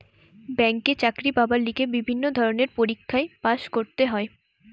ব্যাংকে চাকরি পাবার লিগে বিভিন্ন ধরণের পরীক্ষায় পাস্ করতে হয়